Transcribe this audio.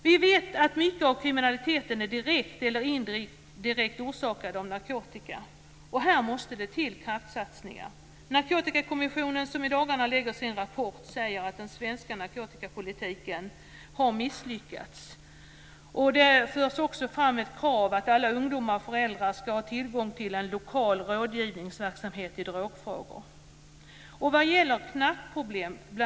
Vi vet att mycket av kriminaliteten direkt eller indirekt är orsakad av narkotika. Det måste här göras kraftsatsningar. Narkotikakommissionen, som i dagarna ska lägga fram sin rapport, säger att den svenska narkotikapolitiken har misslyckats. Den för också fram ett krav att alla ungdomar och föräldrar ska ha tillgång till lokal rådgivningsverksamhet i drogfrågor.